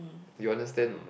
you understand